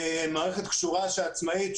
מערכת קשורה עצמאית,